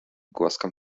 głaskam